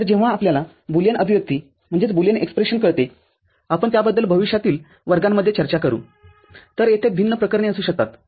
तर जेव्हा आपल्याला बुलियन अभिव्यक्ती कळते आपण त्याबद्दल भविष्यातील वर्गांमध्ये चर्चा करू तरतेथे भिन्न प्रकरणे असू शकतात